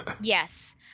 Yes